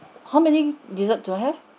how many dessert do I have